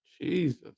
Jesus